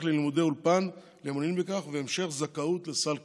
ללימודי אולפן למעוניינים בכך והמשך זכאות לסל קליטה.